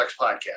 podcast